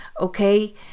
okay